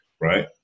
right